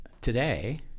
Today